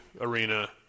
arena